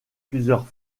plusieurs